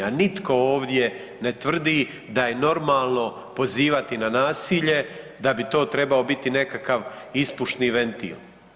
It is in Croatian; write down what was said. A nitko ovdje ne tvrdi da je normalno pozivati na nasilje da bi to trebao biti nekakav ispušni ventil.